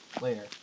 later